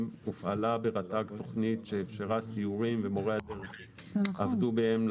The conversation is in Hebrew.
הופעלה ברשות הטבע והגנים תוכנית שאפשרה סיורים למורי הדרך שעבדו בהם.